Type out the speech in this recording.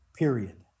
period